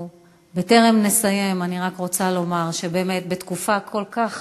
בטרם נסיים, אני רק רוצה לומר שבאמת בתקופה כל כך